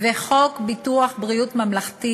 וחוק ביטוח בריאות ממלכתי